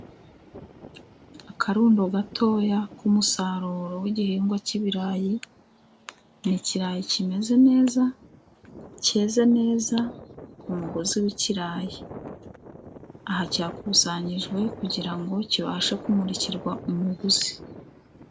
Akarundo gatoya k'umusaruro w'igihingwa cy'ibirayi, ni ikirayi kimeze neza, cyeze neza ku mugozi w'ikirayi, aha cyakusanyijwe kugira ngo kibashe kumurikirwa umuguzi.